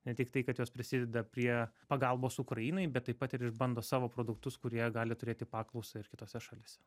ne tiktai kad jos prisideda prie pagalbos ukrainai bet taip pat ir išbando savo produktus kurie gali turėti paklausą ir kitose šalyse